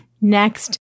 Next